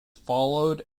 followed